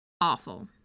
awful